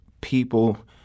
people